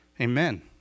Amen